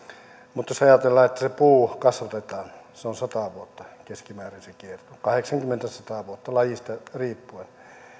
niin jos ajatellaan että se puu kasvatetaan se on sata vuotta keskimäärin se kierto kahdeksankymmentä viiva sata vuotta lajista riippuen